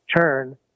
turn